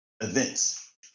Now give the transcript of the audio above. events